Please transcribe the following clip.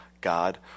God